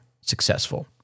successful